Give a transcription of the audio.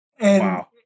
Wow